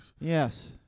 yes